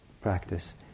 practice